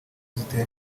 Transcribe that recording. zitera